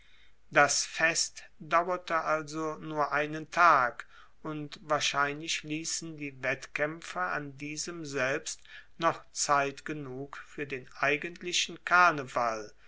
das fest dauerte also nur einen tag und wahrscheinlich liessen die wettkaempfe an diesem selbst noch zeit genug fuer den eigentlichen karneval